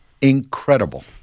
incredible